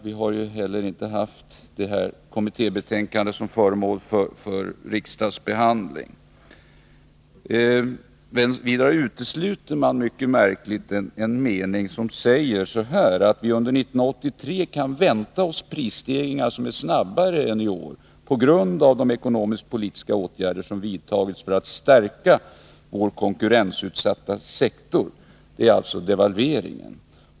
Vi har inte heller haft detta kommittébetänkande som föremål för riksdagsbehandling. Vidare utesluter man mycket märkligt ett par meningar, där det sägs så här: ”Under 1983 kan vi vänta oss konsumentprisstegringar som är snabbare än i år. Delvis är detta en effekt av de ekonomiskt-politiska åtgärder som vidtagits för att stärka den konkurensutsatta sektorns läge.” Det är alltså fråga om devalveringen.